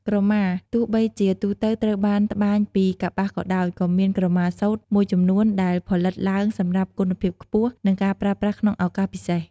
ក្រម៉ាទោះបីជាទូទៅត្រូវបានត្បាញពីកប្បាសក៏ដោយ ក៏មាន ក្រម៉ាសូត្រ មួយចំនួនដែលផលិតឡើងសម្រាប់គុណភាពខ្ពស់ និងការប្រើប្រាស់ក្នុងឱកាសពិសេស។